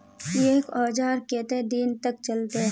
एक औजार केते दिन तक चलते?